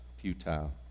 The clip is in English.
Futile